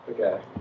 Okay